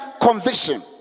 conviction